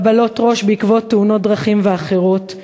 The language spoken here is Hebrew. חבלות ראש בעקבות תאונות דרכים וחבלות אחרות.